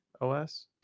os